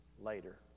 later